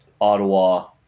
Ottawa